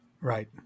Right